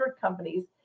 companies